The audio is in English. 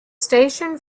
station